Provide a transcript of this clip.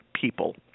people